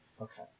Okay